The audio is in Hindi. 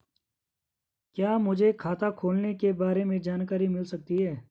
क्या मुझे खाते खोलने के बारे में जानकारी मिल सकती है?